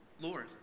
Lord